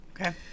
Okay